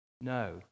No